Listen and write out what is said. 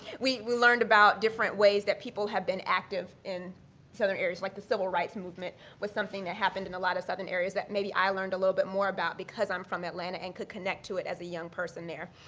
we learned about different ways that people have been active in southern areas, like the civil rights movement, with something that happened in a lot of southern areas, that maybe i learned a little bit more about because i'm from atlanta and could connect to it as a young person there.